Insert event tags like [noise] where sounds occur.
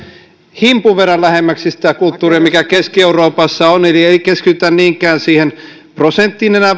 himpun verran lähemmäksi sitä kulttuuria mikä keski euroopassa on ei keskitytä niinkään siihen prosenttiin enää [unintelligible]